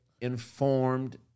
informed